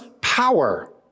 power